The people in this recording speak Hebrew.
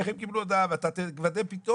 איך הם קיבלו הודעה ואתה תראה פתאום